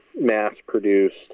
mass-produced